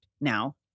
now